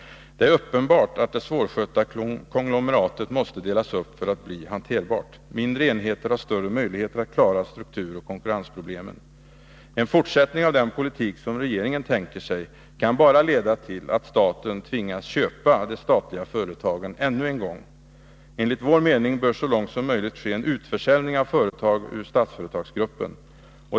Det är uppenbart att det svårskötta konglomeratet måste delas upp för att bli hanterbart. Mindre enheter har större möjligheter att klara strukturoch konkurrensproblemen. En fortsättning av den politik som regeringen tänker sig kan bara leda till att staten tvingas köpa de statliga företagen ännu en gång. Enligt vår mening bör det så långt möjligt ske en utförsäljning av företag ur Statsföretagsgruppen.